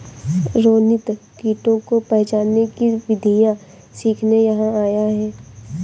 रोनित कीटों को पहचानने की विधियाँ सीखने यहाँ आया है